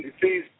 Please